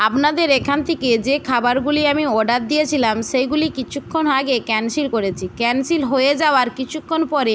আপনাদের এখান থেকে যে খাবারগুলি আমি অর্ডার দিয়েছিলাম সেইগুলি কিছুক্ষণ আগে ক্যানসেল করেছি ক্যানসেল হয়ে যাওয়ার কিছুক্ষণ পরে